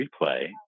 replay